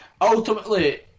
ultimately